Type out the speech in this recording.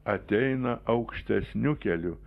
ateina aukštesniu keliu